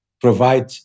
provide